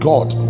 God